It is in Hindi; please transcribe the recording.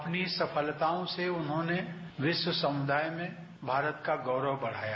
अपनी सफलताओं से उन्होंने विश्व समुदाय में भारत का गौरव बढ़ाया